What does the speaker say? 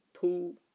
two